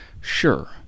Sure